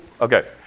Okay